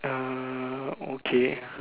err okay